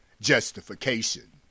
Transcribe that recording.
justification